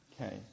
Okay